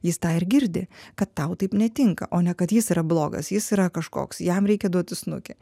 jis tą ir girdi kad tau taip netinka o ne kad jis yra blogas jis yra kažkoks jam reikia duot į snukį